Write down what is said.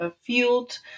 field